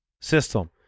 system